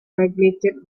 regulated